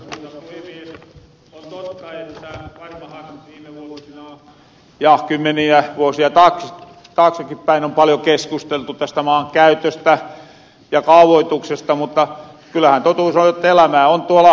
on totta että varmahan viime vuosina ja kymmeniä vuosia taaksepäinkin on paljon keskusteltu tästä maankäytöstä ja kaavoituksesta mutta kyllähän totuus on jotta elämää on tuolla maaseurullakin